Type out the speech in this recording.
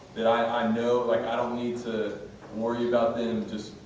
that i know, like i don't need to worry about them just